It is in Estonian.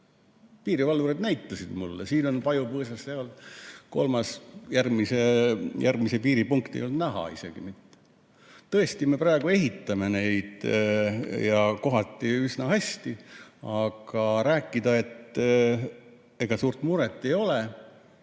Piirivalvurid näitasid mulle: siin on pajupõõsas, seal kolmas. Järgmist piiripunkti ei olnud näha isegi. Tõesti, me praegu ehitame neid ja kohati üsna hästi, aga rääkida, et ega suurt muret ei ole